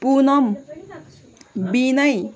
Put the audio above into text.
Punam Binay